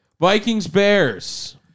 Vikings-Bears